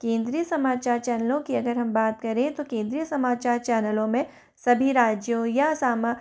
केंद्रीय समाचार चैनलों की अगर हम बात करें तो केंद्रीय समाचार चैनलों में सभी राज्यों या सामा